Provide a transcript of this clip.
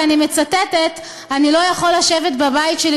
ואני מצטטת: אני לא יכול לשבת בבית שלי